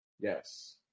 Yes